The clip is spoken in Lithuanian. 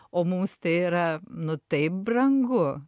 o mums tai yra nu taip brangu